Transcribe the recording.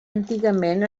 antigament